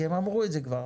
כי הם אמרו את זה כבר.